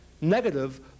negative